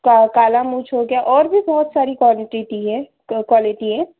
का काला मूंछ हो गया और भी बहुत सारी क्वॉलटीटी है क्वॉलिटी है